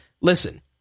Listen